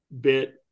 bit